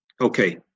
Okay